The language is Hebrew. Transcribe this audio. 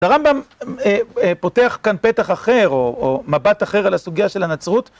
הרמב״ם פותח כאן פתח אחר או מבט אחר על הסוגיה של הנצרות.